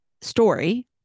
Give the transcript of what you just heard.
story